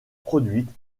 produites